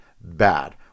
bad